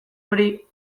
hori